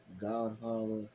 Godfather